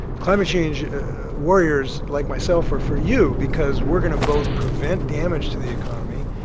climate change warriors, like myself, are for you. because we're going to both prevent damage to the economy,